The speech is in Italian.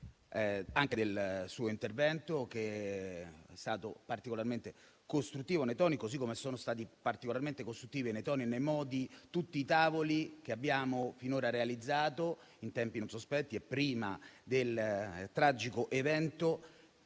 Camusso del suo intervento, che è stato particolarmente costruttivo nei toni. Così come sono stati particolarmente costruttivi nei toni e nei modi tutti i tavoli che abbiamo finora realizzato, in tempi non sospetti e prima del tragico evento,